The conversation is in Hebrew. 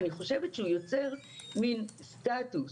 אני חושבת שהוא יוצר מין סטטוס,